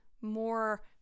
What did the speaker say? more